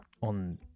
on